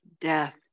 death